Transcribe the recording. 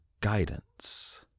guidance